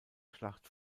schlacht